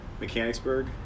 Mechanicsburg